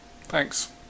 Thanks